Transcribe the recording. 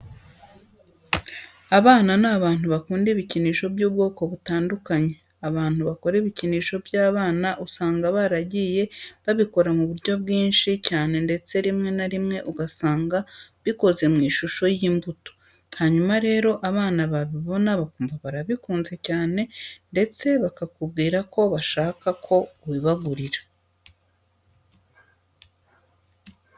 Abana ni abantu bakunda ibikinisho by'ubwoko butandukanye. Abantu bakora ibikinisho by'abana usanga baragiye babikora mu buryo bwinshi cyane ndetse rimwe na rimwe ugasanga bikoze mu ishusho y'imbuto, hanyuma rero abana babibona bakumva barabikunze cyane ndetse bakakubwira ko bashaka ko ubibagurira.